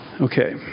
Okay